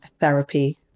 therapy